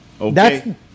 Okay